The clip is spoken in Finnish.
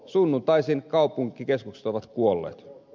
sunnuntaisin kaupunkikeskukset ovat kuolleet